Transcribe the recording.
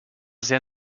sehr